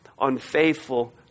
unfaithful